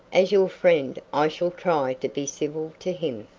as your friend i shall try to be civil to him.